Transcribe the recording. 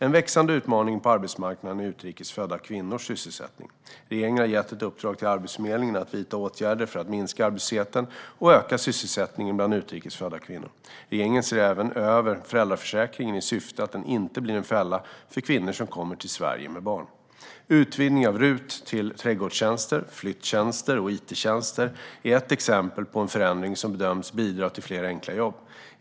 En växande utmaning på arbetsmarknaden är utrikes födda kvinnors sysselsättning. Regeringen har gett ett uppdrag till Arbetsförmedlingen att vidta åtgärder för att minska arbetslösheten och öka sysselsättningen bland utrikes födda kvinnor. Regeringen ser även över föräldraförsäkringen i syfte att den inte ska bli en fälla för kvinnor som kommer till Sverige med barn. Utvidgningen av RUT till trädgårdstjänster, flyttjänster och it-tjänster är ett exempel på en förändring som bedöms bidra till fler enkla jobb.